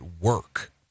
work